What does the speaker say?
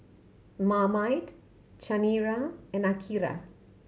Marmite Chanira and Akira